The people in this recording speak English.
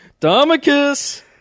Domicus